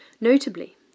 Notably